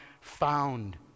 found